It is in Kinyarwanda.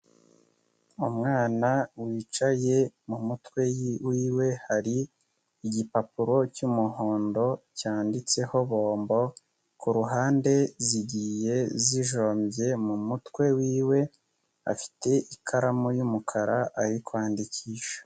Umwana wicaye mu mutwe wiwe hari igipapuro cy'umuhondo, cyanditseho bombo. Ku ruhande zigiye zijombye mu mutwe wiwe, afite ikaramu y'umukara ari kwandikisha.